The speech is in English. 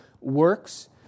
works